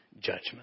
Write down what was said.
judgment